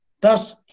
Thus